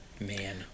Man